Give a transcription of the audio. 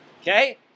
Okay